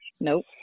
Nope